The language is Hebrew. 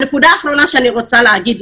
הנקודה האחרונה שאני רוצה לומר.